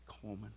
Coleman